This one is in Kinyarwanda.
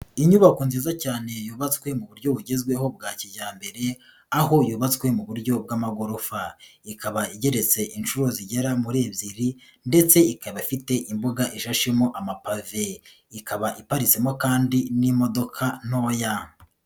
Inyubako nziza cyane yubatswe mu buryo bugezweho bwa kijyambere, aho yubatswe mu buryo bw'amagorofa. Ikaba igereretse inshuro zigera muri ebyiri ndetse ikaba ifite imbuga ishashemo amapave, ikaba iparitsemo kandi n'imodoka ntoya.